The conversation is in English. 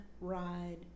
ride